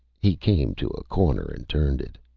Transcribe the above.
he came to a corner and turned it.